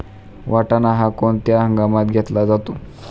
वाटाणा हा कोणत्या हंगामात घेतला जातो?